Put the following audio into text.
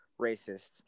racists